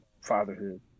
fatherhood